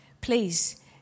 Please